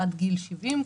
עד גיל 70,